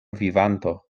vivanto